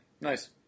Nice